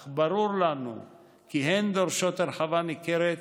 אך ברור לנו כי הן דורשות הרחבה ניכרת